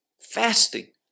Fasting